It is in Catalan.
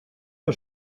que